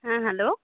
ᱦᱮᱸ ᱦᱮᱞᱳ